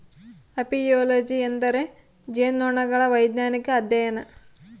apiology ಎಂದರೆ ಜೇನುನೊಣಗಳ ವೈಜ್ಞಾನಿಕ ಅಧ್ಯಯನ